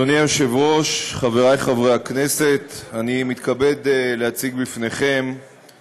חוק ומשפט להכנתה לקריאה שנייה ושלישית.